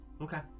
Okay